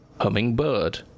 Hummingbird